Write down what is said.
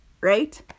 right